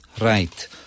Right